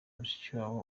mushikiwabo